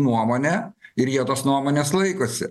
nuomonę ir jie tos nuomonės laikosi